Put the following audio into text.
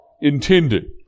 intended